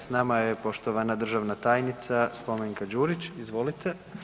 S nama je poštovana državna tajnica Spomenka Đurić, izvolite.